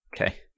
Okay